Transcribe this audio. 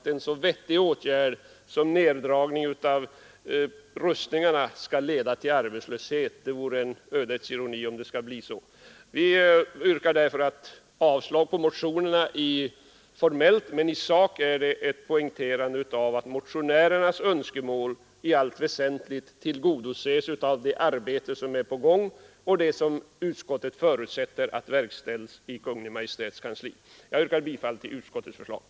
En så vettig åtgärd som minskning av rustningarna skall inte behöva leda till arbetslöshet — det vore en ödets ironi. Vi avstyrker således formellt motionerna, men i sak är det ett poängterande av att motionärernas önskemål i allt väsentligt tillgodoses genom det arbete som är på gång och det arbete som utskottet förutsätter uträttas i Kungl. Maj:ts kansli. Jag yrkar bifall till utskottets hemställan.